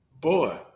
boy